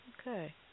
Okay